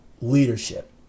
leadership